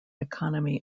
economy